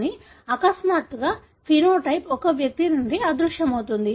కానీ అకస్మాత్తుగా ఫెనోటైప్ ఒక వ్యక్తి నుండి అదృశ్యమవుతుంది